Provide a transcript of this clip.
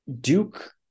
Duke